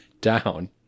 down